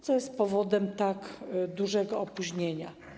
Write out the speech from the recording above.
Co jest powodem tak dużego opóźnienia?